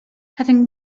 having